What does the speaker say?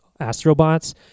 astrobots